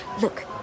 Look